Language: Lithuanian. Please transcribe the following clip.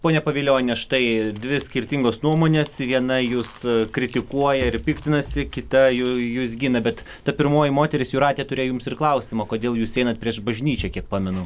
pone pavilioniene štai dvi skirtingos nuomonės viena jus kritikuoja ir piktinasi kita jų jus gina bet ta pirmoji moteris jūratė turėjo jums ir klausimą kodėl jūs einate prieš bažnyčią kiek pamenu